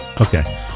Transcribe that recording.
Okay